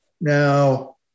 Now